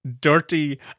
dirty